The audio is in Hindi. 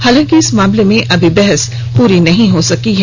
हालांकि इस मामले में अभी बहस पूरी नहीं हो सकी है